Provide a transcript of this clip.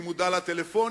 אני מודע לטלפונים,